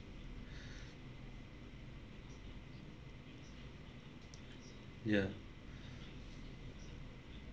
ya